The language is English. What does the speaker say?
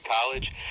College